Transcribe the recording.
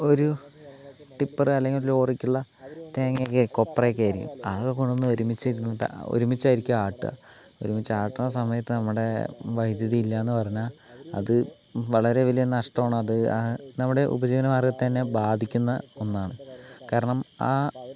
ഒരു ടിപ്പർ അല്ലെങ്കിൽ ഒരു ലോറിക്കുള്ള തേങ്ങയൊക്കെ കൊപ്രയൊക്കെ ആയിരിക്കും അതൊക്കെ കൊണ്ടുവന്ന് ഒരുമിച്ച് ഒരുമിച്ചായിരിക്കും ആട്ടുക ഒരുമിച്ച് ആട്ടണ സമയത്ത് നമ്മുടെ വൈദ്യുതി ഇല്ലയെന്ന് പറഞ്ഞാൽ അത് വളരെ വലിയ നഷ്ടമാണ് അത് നമ്മുടെ ഉപജീവനമാർഗ്ഗത്തെ തന്നെ ബാധിക്കുന്ന ഒന്നാണ് കാരണം ആ